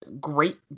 great